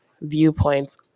viewpoints